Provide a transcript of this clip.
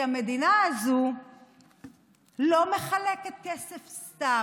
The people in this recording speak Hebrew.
כי המדינה הזאת לא מחלקת כסף סתם.